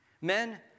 Men